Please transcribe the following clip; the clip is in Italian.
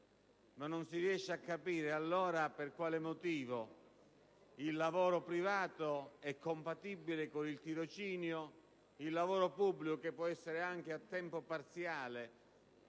non si riesce a capire per qual motivo il lavoro privato è compatibile con il tirocinio e il lavoro pubblico, che può anche essere a tempo parziale